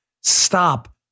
stop